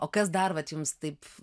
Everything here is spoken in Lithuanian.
o kas dar vat jums taip